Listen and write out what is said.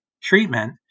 treatment